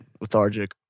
lethargic